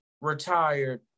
retired